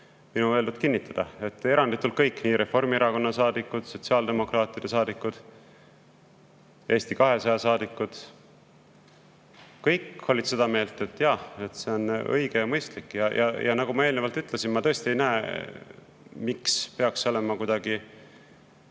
minu öeldut, et eranditult kõik – nii Reformierakonna saadikud, sotsiaaldemokraatide saadikud kui ka Eesti 200 saadikud – olid seda meelt, et jaa, see on õige ja mõistlik. Nagu ma eelnevalt ütlesin, ma tõesti ka ei näe, miks peaks olema